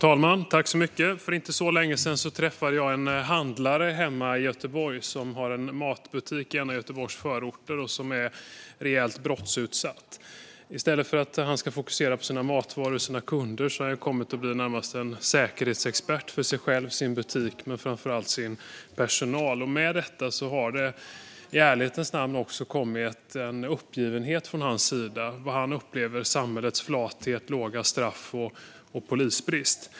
Fru talman! För inte så länge sedan träffade jag en handlare hemma i Göteborg. Han har en matbutik i en av Göteborgs förorter som är rejält brottsutsatt. I stället för att fokusera på sina matvaror och kunder har han kommit att bli närmast en säkerhetsexpert för sig själv och för sin butik men framför allt för sin personal. Med detta har det i ärlighetens namn också kommit en uppgivenhet från hans sida vad gäller det han upplever som samhällets flathet, låga straff och polisbrist.